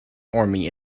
army